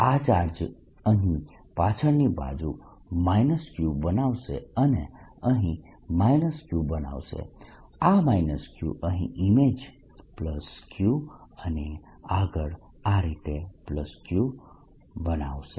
આ ચાર્જ અહીં પાછળની બાજુ Q બનાવશે અને અહીં Q બનાવશે આ Q અહીં ઈમેજ Q અને આગળ આ રીતે Q બનાવશે